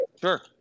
Sure